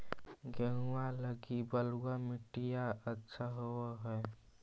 गेहुआ लगी बलुआ मिट्टियां अच्छा होव हैं?